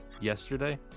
yesterday